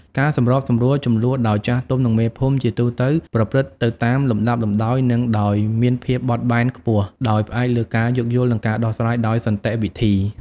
ការសម្របសម្រួលជម្លោះដោយចាស់ទុំ និងមេភូមិ ជាទូទៅប្រព្រឹត្តទៅតាមលំដាប់លំដោយ និងដោយមានភាពបត់បែនខ្ពស់ ដោយផ្អែកលើការយោគយល់ និងការដោះស្រាយដោយសន្តិវិធី។